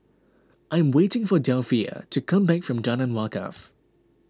I am waiting for Delphia to come back from Jalan Wakaff